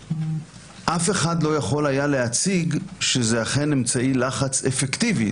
אף אחד לא יכול היה להציג שזה אכן אמצעי לחץ אפקטיבי,